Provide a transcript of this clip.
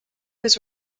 was